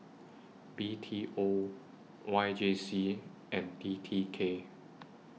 B T O Y J C and T T K